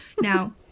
now